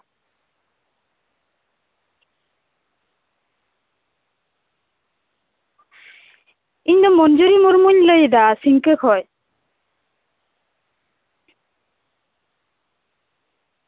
ᱤᱧᱫᱚ ᱢᱚᱧᱡᱩᱨᱤ ᱢᱩᱨᱢᱩᱧ ᱞᱟᱹᱭᱮᱫᱟ ᱥᱤᱝᱠᱟᱹ ᱠᱷᱚᱱ